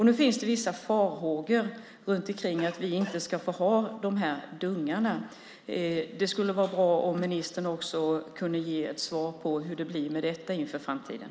Nu finns det vissa farhågor om att vi inte ska få ha de här dungarna. Det skulle vara bra om ministern också kunde ge ett svar på hur det blir med detta inför framtiden.